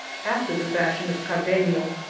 after the fashion of car denio,